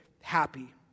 happy